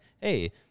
hey